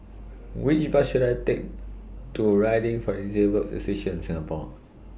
Which Bus should I Take to Riding For The Disabled Association of Singapore